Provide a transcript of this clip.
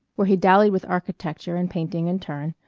where he dallied with architecture and painting in turn,